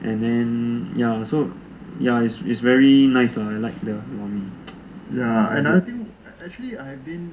and then ya so ya is very nice lah I like the lor mee